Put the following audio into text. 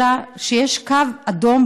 אלא שיש קו אדום,